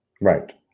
right